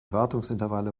wartungsintervalle